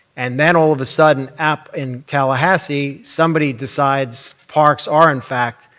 and then all of a sudden, up in tallahassee, somebody decides parks are, in fact,